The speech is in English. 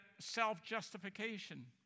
self-justification